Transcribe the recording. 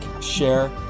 share